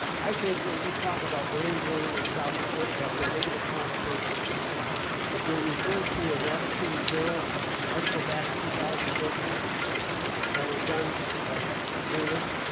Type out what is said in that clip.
i think when we talk about brain drain in south dakota. that's a negative connotation if you refer to a rabid city journal article back in two thousand and fourteen that was done by a journalist